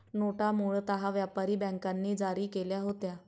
नोटा मूळतः व्यापारी बँकांनी जारी केल्या होत्या